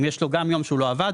אם יש לו גם יום שהוא לא עבד,